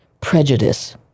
prejudice